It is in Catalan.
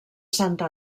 santa